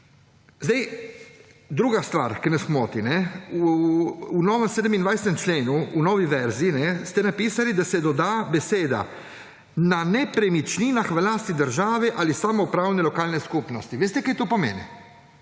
zadevo. Druga stvar, ki nas moti. V novem 27. členu, v novi verziji ste napisali, da se dodajo besede, »na nepremičninah v lasti države ali samoupravne lokalne skupnosti«. Veste, kaj to pomeni?